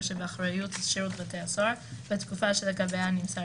שבאחריות שירות בתי הסוהר בתקופה שלגביה נמסר